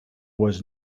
was